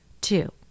Two